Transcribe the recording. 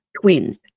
Twins